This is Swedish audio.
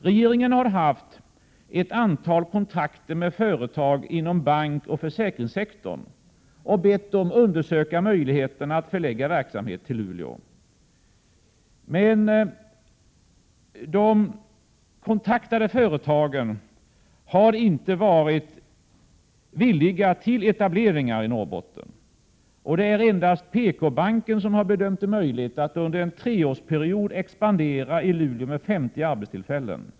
Regeringen har haft ett antal kontakter med företag inom bankoch försäkringssektorn och bett dem undersöka möjligheterna att förlägga verksamhet till Luleå. Men de kontaktade företagen har inte varit villiga till etableringar i Norrbotten. Det är endast PKbanken som har bedömt att det är möjligt att under en treårsperiod expandera i Luleå med 50 arbetstillfällen.